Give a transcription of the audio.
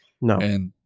No